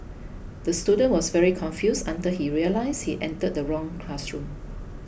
the student was very confused until he realised he entered the wrong classroom